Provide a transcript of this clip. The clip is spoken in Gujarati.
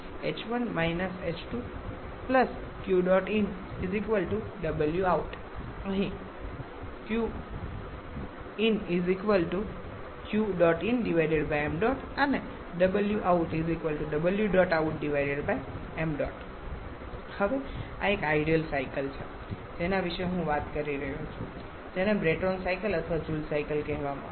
તેથી h1 − h2 qin wout અહીં અને હવે આ એક આઇડલ સાયકલ છે જેના વિશે હું વાત કરી રહ્યો છું જેને બ્રેટોન સાયકલ અથવા જુલ સાયકલ કહેવામાં આવે છે